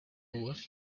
with